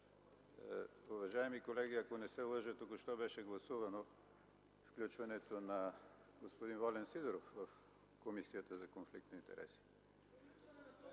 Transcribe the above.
Уважаеми колеги, ако не се лъжа, току-що беше гласувано включването на господин Волен Сидеров в Комисията за конфликт на интереси.